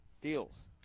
deals